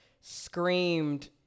screamed